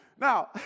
Now